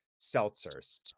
seltzers